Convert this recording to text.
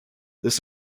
this